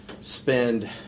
spend